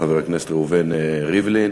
חבר הכנסת ראובן ריבלין.